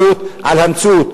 אומנם זה מתחיל בשכבות החלשות,